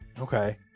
Okay